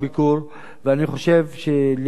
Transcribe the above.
ואני חושב שלמען המחקר,